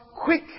quick